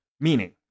meaning